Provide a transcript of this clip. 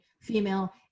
female